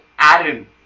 Aaron